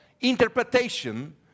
interpretation